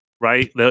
right